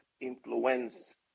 influence